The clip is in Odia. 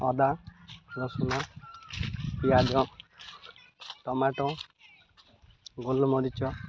ଅଦା ରସୁଣ ପିଆଜ ଟମାଟୋ ଗୋଲମରିଚ